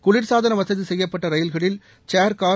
குளிர்சாதன வசதி செய்யப்பட்ட ரயில்களில் சேர்கார்